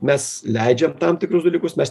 mes leidžiam tam tikrus dalykus mes